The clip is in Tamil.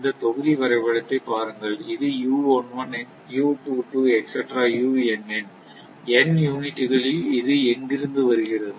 இந்த தொகுதி வரைபடத்தை பாருங்கள் இது n யூனிட்டுகளில் இது எங்கிருந்து வருகிறது